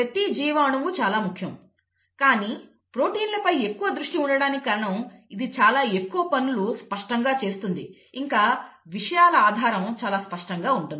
ప్రతి జీవ అణువు చాలా ముఖ్యం కానీ ప్రోటీన్లపై ఎక్కువ దృష్టి ఉండడానికి కారణం ఇది చాలా ఎక్కువ పనులు స్పష్టంగా చేస్తుంది ఇంకా విషయాల ఆధారం చాలా స్పష్టంగా ఉంటుంది